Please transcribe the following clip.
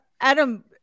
Adam